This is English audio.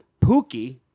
Pookie